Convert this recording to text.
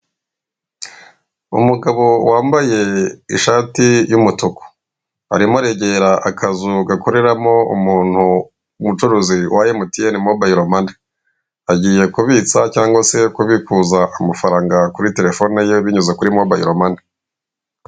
Umugabo wambaye ishati y'umutuku , arimo aregera akazu gakoreramo umucuruzi wa emutiyene mobayilo mani agiye kubitsa cyangwa se kubikuza amafaranga kuri telefone ye binyuze kuri mobayilo mani.